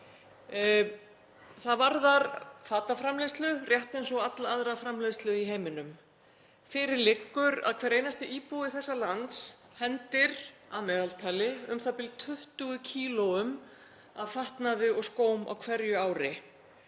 Það varðar fataframleiðslu rétt eins og alla aðra framleiðslu í heiminum. Fyrir liggur að hver einasti íbúi þessa lands hendir að meðaltali u.þ.b. 20 kílóum af fatnaði og skóm á hverju ári.